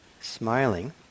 Smiling